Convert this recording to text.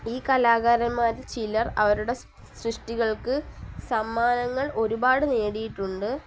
ഈ കലാകാരന്മാരിൽ ചിലർ അവരുടെ സൃഷ്ടികൾക്ക് സമ്മാനങ്ങൾ ഒരുപാട് നേടിയിട്ടുണ്ട്